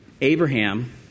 Abraham